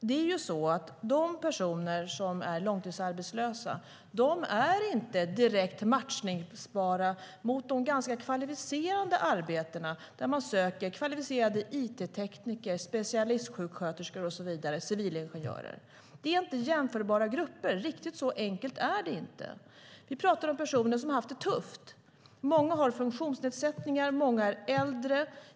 De personer som är långtidsarbetslösa är ju inte direkt matchningsbara mot de ganska kvalificerade arbetena. Man söker kvalificerade it-tekniker, specialistsjuksköterskor, civilingenjörer och så vidare. Det är inte jämförbara grupper. Riktigt så enkelt är det inte. Vi pratar om personer som har haft det tufft. Många har funktionsnedsättningar. Många är äldre.